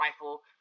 rifle